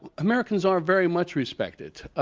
americans are very much respected.